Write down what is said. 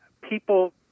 people